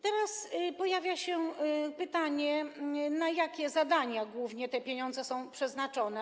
Teraz pojawia się pytanie, na jakie zadania głównie te pieniądze są przeznaczone.